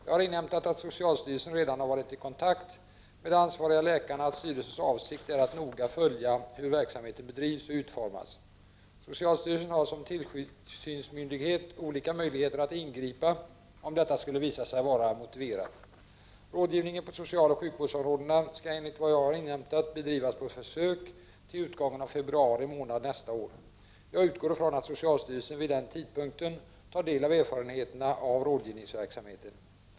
Jag har inhämtat att socialstyrelsen redan har varit i kontakt med de ansvariga läkarna och att styrelsens avsikt är att noga följa hur verksamheten bedrivs och utformas. Socialstyrelsen har som tillsynsmyndighet olika möjligheter att ingripa om detta skulle visa sig vara motiverat. Rådgivningen på socialoch sjukvårdsområdena skall enligt vad jag har inhämtat bedrivas på försök till utgången av februari månad nästa år. Jag utgår från att socialstyrelsen vid den tidpunkten tar del av erfarenheterna av rådgivningsverksamheten.